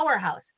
powerhouse